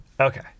Okay